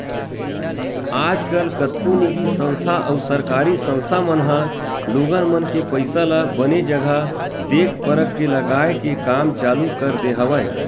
आजकल कतको निजी संस्था अउ सरकारी संस्था मन ह लोगन मन के पइसा ल बने जघा देख परख के लगाए के काम चालू कर दे हवय